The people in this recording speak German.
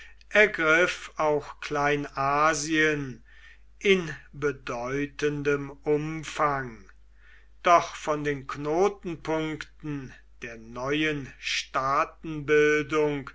ergriff auch kleinasien in bedeutendem umfang doch von den knotenpunkten der neuen